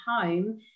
home